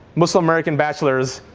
muslim-american bachelors,